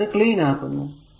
ഞാൻ ഇത് ക്ലീൻ ആക്കുന്നു